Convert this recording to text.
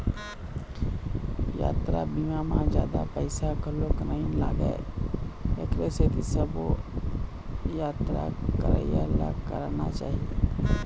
यातरा बीमा म जादा पइसा घलोक नइ लागय एखरे सेती सबो यातरा करइया ल कराना चाही